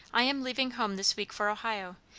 i am leaving home this week for ohio,